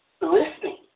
listening